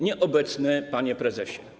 Nieobecny Panie Prezesie!